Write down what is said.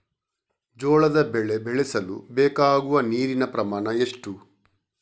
ಜೋಳದ ಬೆಳೆ ಬೆಳೆಸಲು ಬೇಕಾಗುವ ನೀರಿನ ಪ್ರಮಾಣ ಎಷ್ಟು?